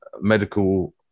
medical